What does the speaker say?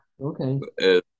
Okay